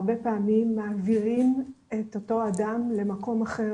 הרבה פעמים מעבירים את אותו אדם למקום אחר,